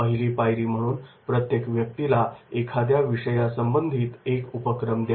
पहिली पायरी म्हणून प्रत्येक सहभागीला एखाद्या विषयासंबंधीत एक उपक्रम द्या